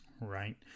Right